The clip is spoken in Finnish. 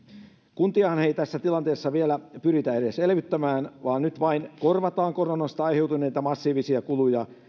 kuntiahan ei tässä tilanteessa vielä edes pyritä elvyttämään vaan nyt vain korvataan koronasta aiheutuneita massiivisia kuluja